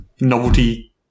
novelty